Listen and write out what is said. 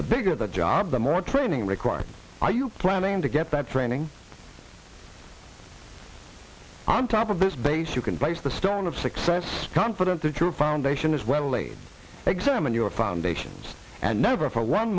the bigger the job the more training required are you planning to get that training on top of this base you can place the start of success confident that your foundation is well laid examine your foundations and never for one